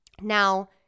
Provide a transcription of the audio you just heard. Now